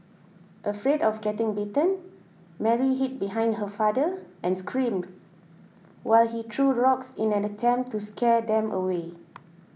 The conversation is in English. afraid of getting bitten Mary hid behind her father and screamed while he threw rocks in an attempt to scare them away